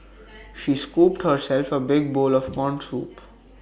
she scooped herself A big bowl of Corn Soup